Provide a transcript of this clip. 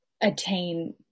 attain